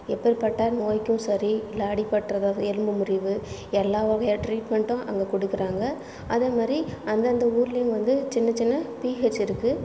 எப்பேர்பட்ட நோய்க்கும் சரி இல்லை அடிப்பட்டு எதாவது எலும்பு முறிவு எல்லா வகையான ட்ரீட்மெண்ட்டும் அங்கே கொடுக்குறாங்க அதே மாதிரி அந்தந்த ஊர்லையும் வந்து சின்ன சின்ன பிஹச் இருக்கு